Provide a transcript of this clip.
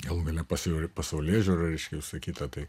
galų gale pasau pasaulėžiūra reiškia išsakyta tai